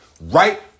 Right